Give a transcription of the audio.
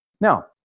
Now